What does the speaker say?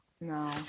No